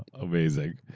amazing.